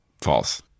False